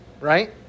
right